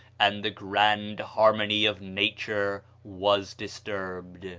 and the grand harmony of nature was disturbed.